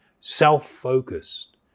self-focused